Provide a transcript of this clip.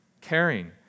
caring